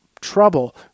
trouble